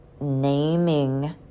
naming